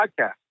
podcast